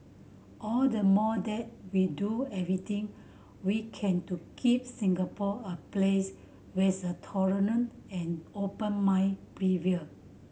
all the more that we do everything we can to keep Singapore a place where's the tolerance and open mind prevail